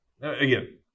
again